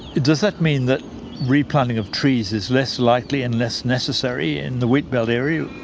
does that mean that replanting of trees is less likely and less necessary in the wheat belt area?